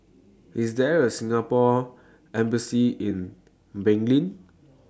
IS There A Singapore Embassy in Benin